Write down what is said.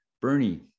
Bernie